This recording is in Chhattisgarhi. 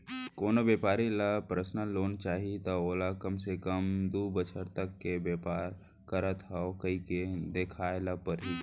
कोनो बेपारी ल परसनल लोन चाही त ओला कम ले कम दू बछर तक के बेपार करत हँव कहिके देखाए ल परही